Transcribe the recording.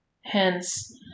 hence